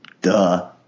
duh